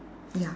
ya